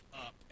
up